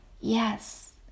Yes